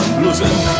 losing